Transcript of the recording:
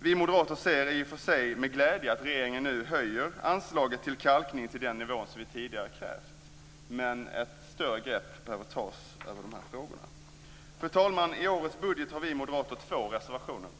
Vi moderater ser i och för sig med glädje att regeringen nu höjer anslaget till kalkning till den nivå som vi tidigare krävt, men ett större grepp behöver tas över de här frågorna. Fru talman! I årets budget har vi moderater två reservationer.